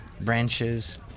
branches